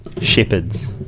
shepherds